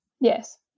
Yes